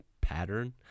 pattern